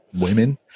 Women